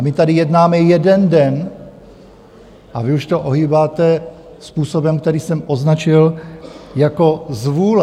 My tady jednáme jeden den a vy už to ohýbáte způsobem, který jsem označil jako zvůle.